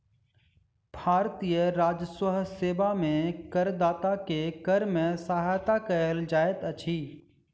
भारतीय राजस्व सेवा में करदाता के कर में सहायता कयल जाइत अछि